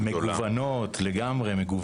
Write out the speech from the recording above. מגוונות, לגמרי.